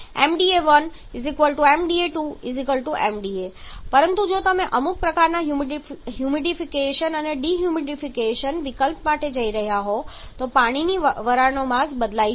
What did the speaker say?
ṁda 1 ṁda 2 ṁda પરંતુ જો તમે અમુક પ્રકારના હ્યુમિડિફિકેશન અને ડિહ્યુમિડિફિકેશન વિકલ્પ માટે જઈ રહ્યા હોવ તો પાણીની વરાળનો માસ બદલાઈ શકે છે